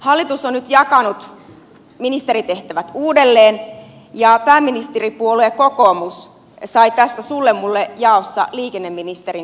hallitus on nyt jakanut ministeritehtävät uudelleen ja pääministeripuolue kokoomus sai tässä sullemulle jaossa liikenneministerin tehtävät